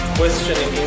question